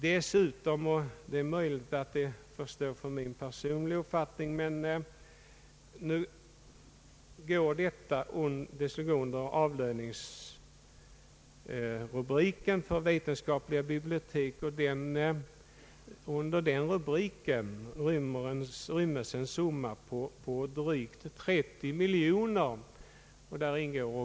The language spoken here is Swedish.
Dessutom — och detta får stå för min personliga uppfattning — är det här fråga om en anslagsanvisning under avlöningsanslaget till vetenskapliga bibliotek, och för nästa budgetår föreslås anslaget utgå med drygt 30 miljoner kronor.